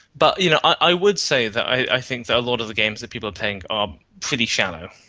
but you know i would say that i think that a lot of the games that people are playing are pretty shallow.